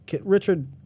Richard